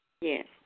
Yes